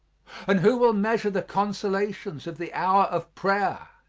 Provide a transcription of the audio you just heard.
and who will measure the consolations of the hour of prayer?